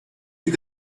you